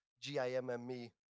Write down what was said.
G-I-M-M-E